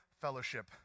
fellowship